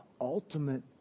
Ultimate